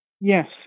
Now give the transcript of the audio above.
Yes